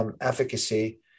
efficacy